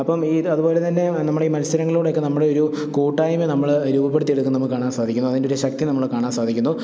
അപ്പം ഈ അതു പോലെ തന്നെ നമ്മുടെ ഈ മത്സരങ്ങളോടൊക്കെ നമ്മുടെ ഒരു കൂട്ടായ്മ നമ്മൾ രൂപപ്പെടുത്തി എടുക്കുന്നമുക്ക് കാണാൻ സാധിക്കുന്നു അതിന്റൊരു ശക്തി നമ്മൾ കാണാൻ സാധിക്കുന്നു